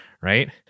Right